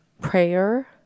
prayer